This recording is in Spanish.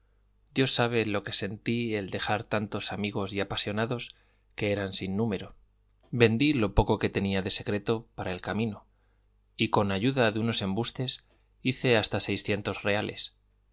dios sabe lo que sentí el dejar tantos amigos y apasionados que eran sin número vendí lo poco que tenía de secreto para el camino y con ayuda de unos embustes hice hasta seiscientos reales